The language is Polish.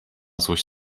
złość